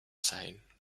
sein